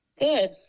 Good